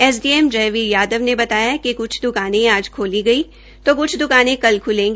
S D M Jaiveer Yadav ने बताया कि क्छ द्काने आज खोली गई तो क्छ द्काने कल खुलेगी